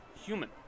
human